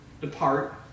Depart